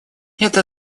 это